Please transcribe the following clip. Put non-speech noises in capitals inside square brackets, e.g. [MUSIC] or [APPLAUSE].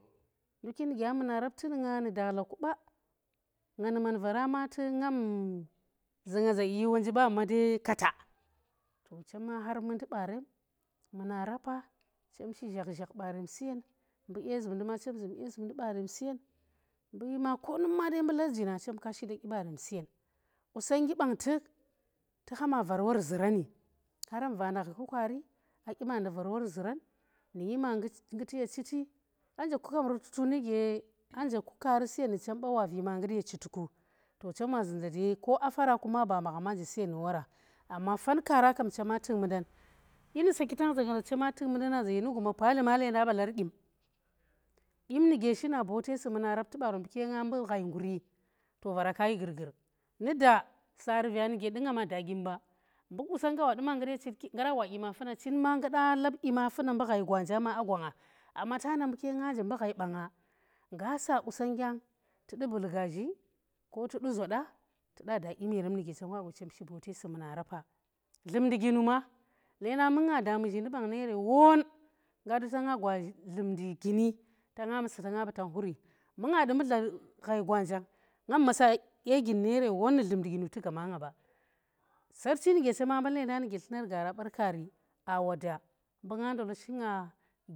Nduki nu gya muna rapti nu nga nu dakhla ku ba, nga nu man vara ma tuk, ngam za nga za i wonji ba amma dai kaata to chama har mundi baro mune rapa chem har mundi baro mune rapa, chem shi zhaghzagh barem su yen, mbu dya zumndi ma chem zum dye zumndi baren siyen mbu konumma mbu larji na chem kaashi dyi barem suyen. Qusongnggi bang tuk tuha ma var wor zurani haran vanda gha ku kaari a dyi baanda var wor zuran nu yima nguti ye chiti, aa nje ku kaari su yen nu chem ku ba, wa vima ngut ye chiti ku chem wa zun za dai ko a faraku ma ba magham nje su yen nu wora amma fan kaara kam chema tuk munda dyi nu saaki tang zu nga za chema tuk mundana, za nu guna paalo bolar dyin dyin nu ge shina boote ai muna rapti baaro mbu nga mbu ghai nguri, vaara kayi gurgur. Nu da dyim ba mbu qusonggga wadu ma ngut ye chit nga da gwa nii da dyim funa, mbu ghai gwanja ma aa gwanga amma ta na mbu ka nga nje mbu ghai ba nga ngga saa qusongngga tu du bilghazhi [UNINTELLIGIBLE] tudu zoda tuda da gwa chem shi bote si muna raafa dlumndi guni ma leenda mbu nga da muzhindi bang nere won, ngga du ta nga gwa dlumndi gini tanga masa tenga ba tong khuri mbu nga du mbu dler ghai gwaanjang ngam masa dye gei nere won au dlumndi ginu tu gaama nga ba. Sarchi nu ge chema mban lendang nu ge dye gaara bar kaari, aa woda mbu nga ndola shi nga.